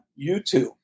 YouTube